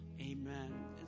amen